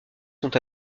sont